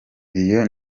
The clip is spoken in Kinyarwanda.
iyo